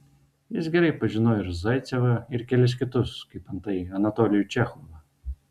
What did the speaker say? jis gerai pažinojo ir zaicevą ir kelis kitus kaip antai anatolijų čechovą